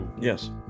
Yes